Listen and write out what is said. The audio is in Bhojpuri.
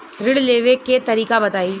ऋण लेवे के तरीका बताई?